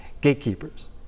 gatekeepers